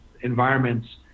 environments